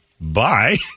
Bye